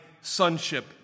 sonship